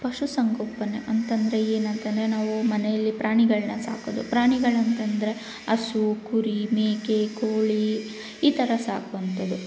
ಪಶುಸಂಗೋಪನೆ ಅಂತಂದರೆ ಏನಂತ ನಾವು ಮನೆಯಲ್ಲಿ ಪ್ರಾಣಿಗಳನ್ನ ಸಾಕೊದು ಪ್ರಾಣಿಗಳಂತಂದರೆ ಹಸು ಕುರಿ ಮೇಕೆ ಕೋಳಿ ಈ ಥರ ಸಾಕುವಂಥದು